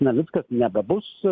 navickas nebebus